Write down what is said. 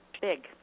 big